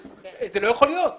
זה אמור לבוא לידי ביטוי.